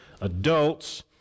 adults